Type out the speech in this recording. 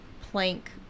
plank